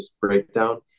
breakdown